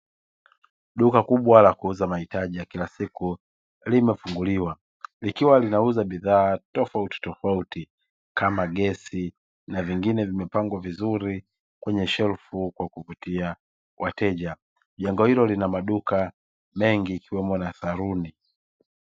Duka kubwa la kuuza mahitaji ya kila siku limefunguliwa. Likiwa linauza bidhaa tofauti tofauti kama gesi na vingine vimepangwa vizuri kwenye shelfu kwa kuvutia wateja. Jengo hilo lina maduka mengi ikiwemo na saluni."